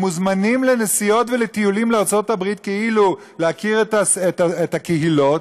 מוזמנים לנסיעות ולטיולים לארצות הברית כאילו להכיר את הקהילות,